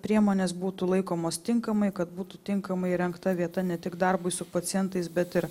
priemonės būtų laikomos tinkamai kad būtų tinkamai įrengta vieta ne tik darbui su pacientais bet ir